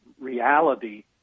reality